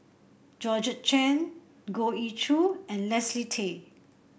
Georgette Chen Goh Ee Choo and Leslie Tay